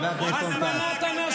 חבר הכנסת דוידסון,